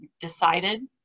decided